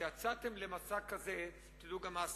כשיצאתם למסע כזה תדעו גם מה הסיכונים.